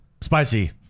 Spicy